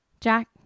Jack